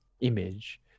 image